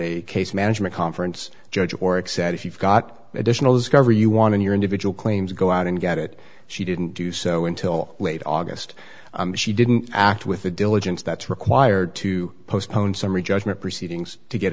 a case management conference judge or accept if you've got additional discovery you want in your individual claims go out and get it she didn't do so until late august she didn't act with the diligence that's required to postpone summary judgment proceedings to get